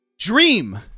Dream